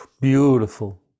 Beautiful